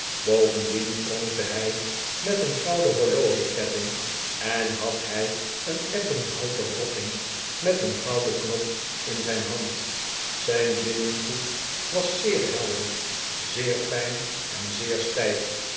bovenclien pronkte hij met een gouden horlogeketting en had hij een ebbenhouten rotting met een gouden knop in zijn hand zijn linnengoed was zeer helder zeer fijn en zeer stijf